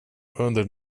under